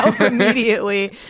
immediately